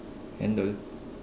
and the